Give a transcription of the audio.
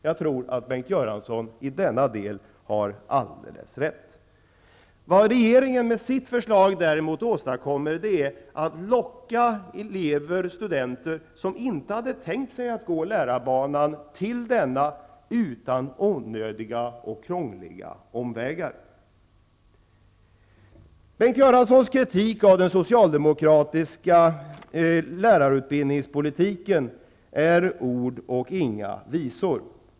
Jag tror att Bengt Göransson i denna del har alldeles rätt. Vad regeringen med sitt förslag däremot åstadkommer är att elever/studenter som inte hade tänkt sig att gå lärarbanan lockas till denna utan onödiga och krångliga omvägar. Bengt Göranssons kritik mot den socialdemokratiska lärarutbildningspolitiken är ord och inga visor.